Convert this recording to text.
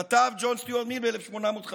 כתב ג'ון סטיוארט מיל ב-1859.